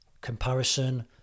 Comparison